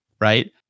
right